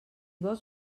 vols